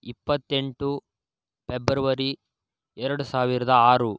ಇಪ್ಪತ್ತೆಂಟು ಪೆಬ್ರವರಿ ಎರಡು ಸಾವಿರದ ಆರು